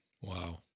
Wow